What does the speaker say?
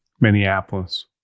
Minneapolis